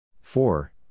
four